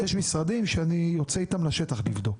יש משרדים שאני יוצא איתם לשטח לבדוק.